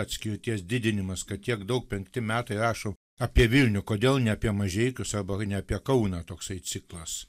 atskirties didinimas kad tiek daug penkti metai rašo apie vilnių kodėl ne apie mažeikius o ne apie kauną toksai ciklas